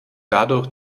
dadurch